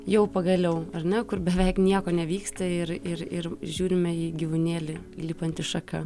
jau pagaliau ar ne kur beveik nieko nevyksta ir ir ir žiūrime į gyvūnėlį lipantį šaka